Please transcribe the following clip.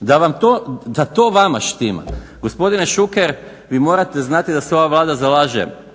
da to vama štima. Gospodine Šuker vi morate znati da se ova Vlada zalaže